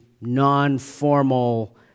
non-formal